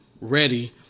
ready